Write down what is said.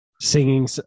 singing